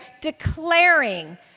declaring